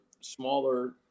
smaller